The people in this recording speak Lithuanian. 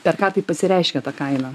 per ką tai pasireiškia ta kaina